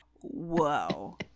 Whoa